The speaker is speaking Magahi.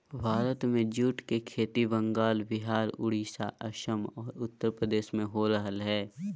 भारत में जूट के खेती बंगाल, विहार, उड़ीसा, असम आर उत्तरप्रदेश में हो रहल हई